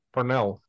Parnell